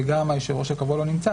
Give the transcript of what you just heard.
וגם היושב-ראש הקבוע לא נמצא,